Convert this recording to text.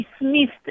dismissed